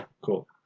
Cool